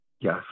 Yes